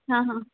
हां हां